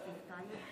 אדוני היושב-ראש,